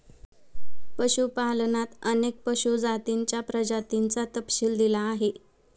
पशुपालनात अनेक पशु जातींच्या प्रजातींचा तपशील दिला आहे